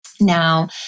Now